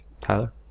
Tyler